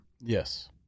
Yes